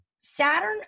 Saturn